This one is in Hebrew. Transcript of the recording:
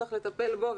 צריך לטפל בו,